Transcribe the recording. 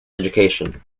education